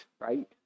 right